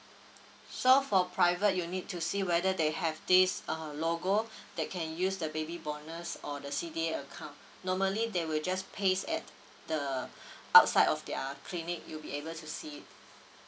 so for private you need to see whether they have this uh logo that can use the baby bonus or the C_D account normally they will just paste at the outside of their clinic you'll be able to see it